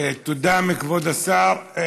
תודה, כבוד השר.